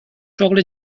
شغل